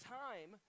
time